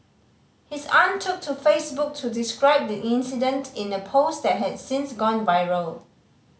his aunt took to Facebook to describe the incident in a post that has since gone viral